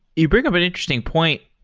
you bring up an interesting point,